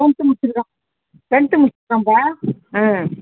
tenth முடிச்சுருக்கான் tenth முடிச்சுருக்கான்பா